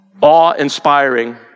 awe-inspiring